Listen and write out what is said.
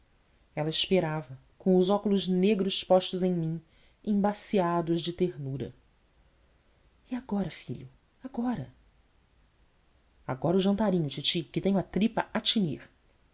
ela esperava com os óculos negros postos em mim embaciados de ternura e agora filho agora agora o jantarinho titi que tenho a tripa